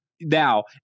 Now